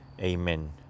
Amen